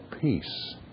peace